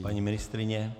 Paní ministryně?